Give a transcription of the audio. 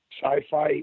Sci-Fi